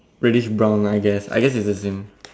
reddish brown lah I guess I guess it's the same thing